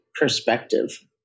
perspective